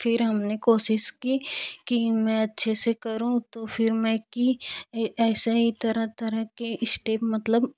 फिर हमने कोशिश की कि मैं अच्छे से करूँ तो फिर मैं कि ऐसे ही तरह तरह के स्टेप मतलब